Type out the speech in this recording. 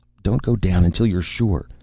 don't go down until you're sure.